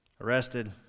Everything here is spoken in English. arrested